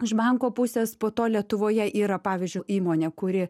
iš banko pusės po to lietuvoje yra pavyzdžiui įmonė kuri